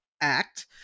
Act